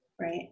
Right